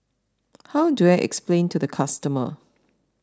how do I explain to the customer